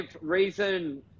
reason